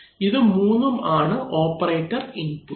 ഇത് മൂന്നും ആണ് ഓപ്പറേറ്റർ ഇൻപുട്ട്